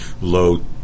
low